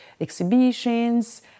exhibitions